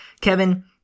Kevin